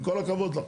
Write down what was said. עם כל הכבוד לך.